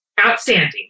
outstanding